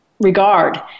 regard